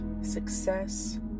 success